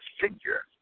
figure